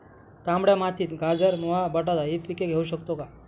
तांबड्या मातीत गाजर, मुळा, बटाटा हि पिके घेऊ शकतो का?